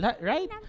Right